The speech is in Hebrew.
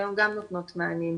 שהיום גם נותנות מענים.